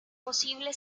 posible